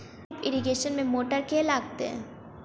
Drip irrigation मे motor केँ लागतै?